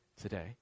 today